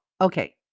okay